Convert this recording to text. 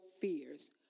fears